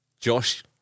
Josh